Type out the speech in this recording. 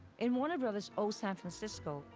in warner brothers' old san francisco,